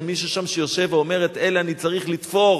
האין מישהו ששם שיושב ואומר: את אלה אני צריך לתפור,